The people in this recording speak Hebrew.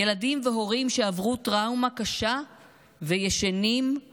ילדים והורים שעברו טראומה קשה וישנים, לומדים,